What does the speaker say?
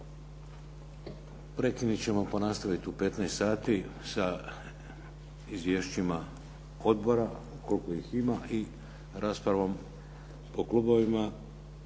Prekinuti ćemo pa nastaviti u 15 sati sa izvješćima odbora koliko ih ima i raspravom po klubovima.